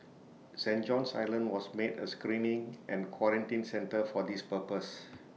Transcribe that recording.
saint John's island was made A screening and quarantine centre for this purpose